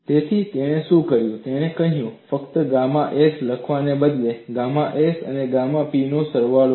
તેથી તેણે શું કર્યું તેણે કહ્યું ફક્ત ગામા s લખવાને બદલે ગામા s અને ગામા p નો સરવાળો લો